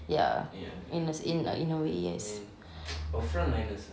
ya in a in a in a way yes